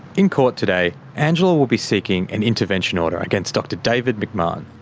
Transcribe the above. in court today, angela will be seeking an intervention order against dr david mcmahon.